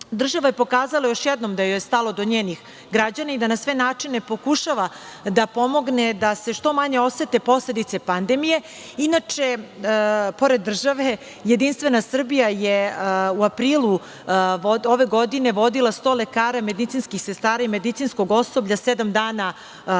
Država je pokazala još jednom da joj je stalo do njenih građana i da na sve načine pokušava da pomogne da se što manje osete posledice pandemije. Pored države, Jedinstvena Srbija je u aprilu ove godine vodila 100 lekara, medicinskih sestara i medicinskog osoblja sedam dana u